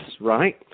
right